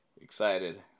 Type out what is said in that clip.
excited